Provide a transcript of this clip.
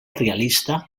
realista